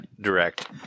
direct